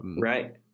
Right